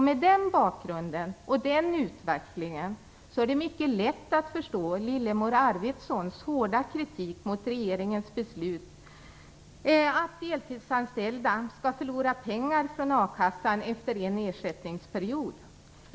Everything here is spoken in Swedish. Med den bakgrunden och den utvecklingen är det mycket lätt att förstå Lillemor Arvidssons hårda kritik mot regeringens beslut att deltidsanställda skall förlora pengar från a-kassan efter en ersättningsperiod.